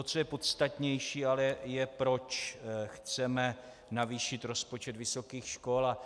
Co je ale podstatnější, je to, proč chceme navýšit rozpočet vysokých škol.